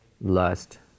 lust